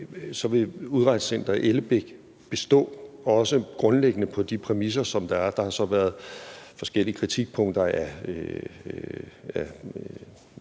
vil Udrejsecenter Ellebæk bestå på de præmisser, som der er. Der har så været forskellige kritikpunkter af,